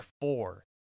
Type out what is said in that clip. four